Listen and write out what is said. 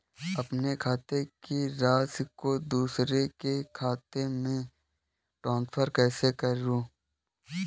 अपने खाते की राशि को दूसरे के खाते में ट्रांसफर कैसे करूँ?